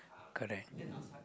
correct